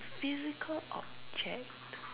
physical object